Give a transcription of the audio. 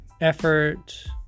effort